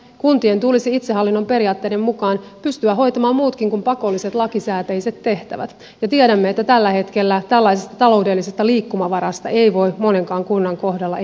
kuntien tulisi itsehallinnon periaatteiden mukaan pystyä hoitamaan muutkin kuin pakolliset lakisääteiset tehtävät ja tiedämme että tällä hetkellä tällaisesta taloudellisesta liikkumavarasta ei voi monenkaan kunnan kohdalla enää puhua